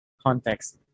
context